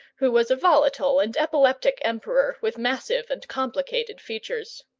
who was a volatile and epileptic emperor with massive and complicated features.